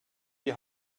die